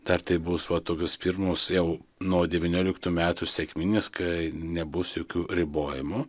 dar tai bus va tokios pirmos jau nuo devynioliktų metų sekminės kai nebus jokių ribojimų